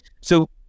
So-